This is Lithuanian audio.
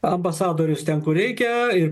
ambasadorius ten kur reikia ir